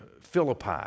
Philippi